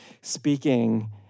speaking